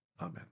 amen